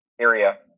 area